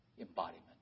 embodiment